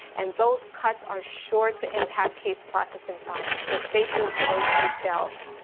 and those cuts are short to impact case processing times. so stay tuned for those details,